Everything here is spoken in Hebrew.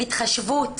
של התחשבות,